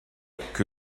que